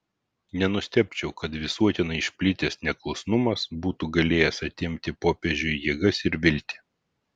nenustebčiau kad visuotinai išplitęs neklusnumas būtų galėjęs atimti popiežiui jėgas ir viltį